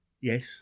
Yes